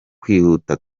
kwihuta